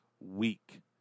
week